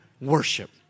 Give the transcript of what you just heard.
worship